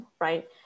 right